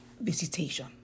visitation